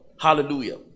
Hallelujah